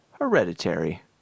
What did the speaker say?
Hereditary